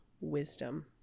wisdom